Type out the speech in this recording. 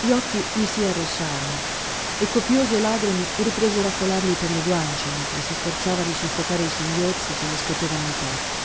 gli occhi gli si arrossarono e copiose lagrime ripresero a colargli per le guance mentre si sforzava di soffocare i singhiozzi che gli scotevano il petto